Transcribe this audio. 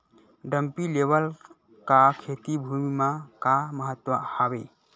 Dumpy level का खेती भुमि म का महत्व हावे?